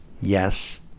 yes